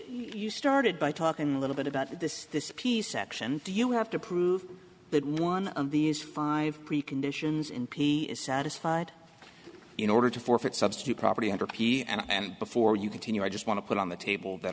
you started by talking a little bit about this this piece section do you have to prove that one of these five preconditions in p is satisfied in order to forfeit substitute property under p and before you continue i just want to put on the table that